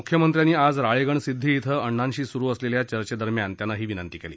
मुख्यमंत्र्यांनी आज राळेगणसिद्वी इथं अण्णांशी सुरु असलेल्या चर्चेदरम्यान त्यांना ही विनंती केली